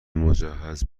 مجهز